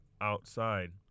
outside